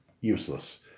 useless